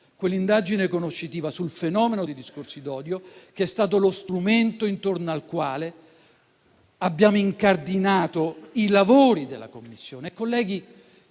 l'indagine conoscitiva sul fenomeno dei discorsi d'odio, che è stato lo strumento intorno al quale abbiamo incardinato i lavori della Commissione.